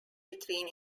between